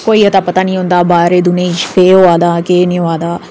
ते उ'नेंगी पता निं होंदा बाहरै दुनियां दा केह् होआ दा केह् नेईं होआ दा